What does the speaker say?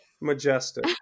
Majestic